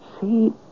See